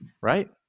right